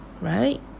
right